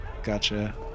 Gotcha